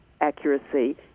accuracy